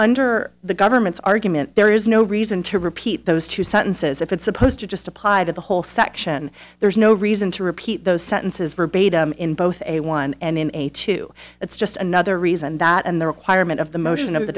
under the government's argument there is no reason to repeat those two sentences if it's supposed to just apply to the whole section there's no reason to repeat those sentences verbatim in both a one and a two it's just another reason that in the requirement of the motion of the